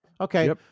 Okay